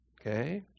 Okay